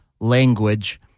language